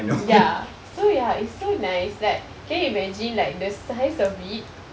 ya so ya it's so nice like can you imagine like the size of it